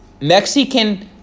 Mexican